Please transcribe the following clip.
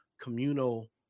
communal